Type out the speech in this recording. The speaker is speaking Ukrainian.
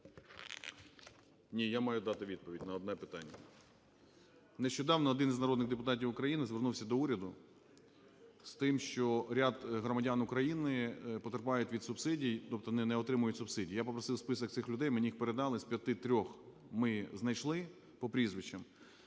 Ні, я маю дати відповідь на одне питання. Нещодавно один з народних депутатів України звернувся до уряду з тим, що ряд громадян України потерпають від субсидій, тобто не отримують субсидій. Я попросив список цих людей, мені їх передали. З п'яти трьох ми знайшли по прізвищам.